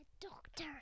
doctor